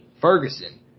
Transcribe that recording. Ferguson